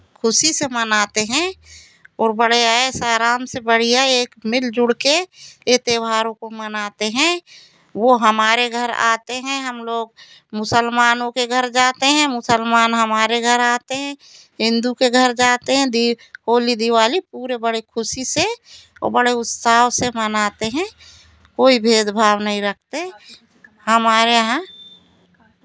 खुशी से मनाते हैं और बड़े ऐश आराम से बढ़ियाँ एक मिल जुल के ये त्योहारों को मनाते हैं वो हमारे घर आते हैं हमलोग मुसलमानों के घर जाते हैं मुसलमान हमारे घर आते हैं हिन्दू के घर जाते हैं होली दीवाली पूरे बड़े खुशी से बड़े उत्साह से मनाते हैं कोई भेदभाव नहीं रखते हमारे यहाँ